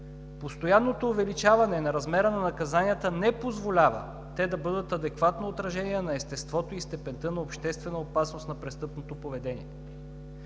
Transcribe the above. „Постоянното увеличаване на размера на наказанията не позволява те да бъдат адекватно отражение на естеството и степента на обществена опасност на престъпното поведение.